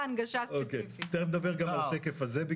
דבר שני,